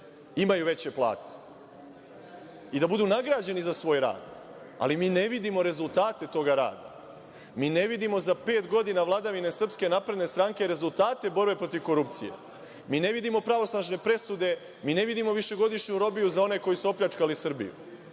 imaju veće plate i da budu nagrađeni za svoj rad, ali mi ne vidimo rezultate tog rada, mi ne vidimo za pet godina vladavine SNS rezultate borbe protiv korupcije, mi ne vidimo pravosnažne presude, mi ne vidimo višegodišnju robiju za one koji su opljačkali Srbiju.Zašto